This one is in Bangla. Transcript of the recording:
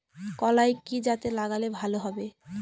কলাই কি জাতে লাগালে ভালো হবে?